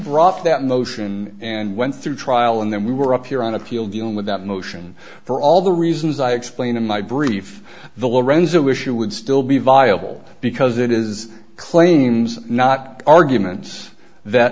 brought that motion and went through trial and then we were up here on appeal dealing with that motion for all the reasons i explained in my brief the lorenzo issue would still be viable because it is claims not arguments that